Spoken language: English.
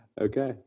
Okay